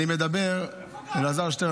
אלעזר שטרן,